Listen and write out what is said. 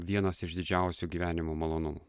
vienas iš didžiausių gyvenimo malonumų